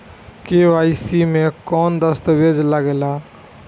KYC मे कौन दश्तावेज लागेला?